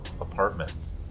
apartments